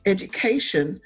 education